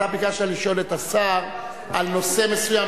אתה ביקשת לשאול את השר על נושא מסוים,